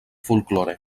folklore